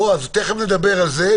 תיכף נדבר על זה.